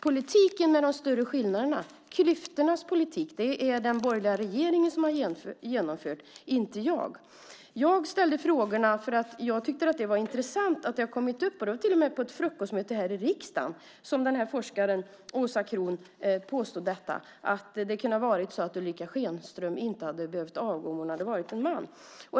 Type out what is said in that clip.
Politiken med de större skillnaderna - klyftornas politik - är det den borgerliga regeringen som har genomfört, inte jag. Jag ställde mina frågor för att jag tycker att det är intressant att detta har kommit upp. Det var till och med på ett frukostmöte här i riksdagen som den här forskaren, Åsa Kroon, påstod att Ulrica Schenström kanske inte hade behövt avgå om hon hade varit en man.